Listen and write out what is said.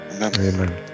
amen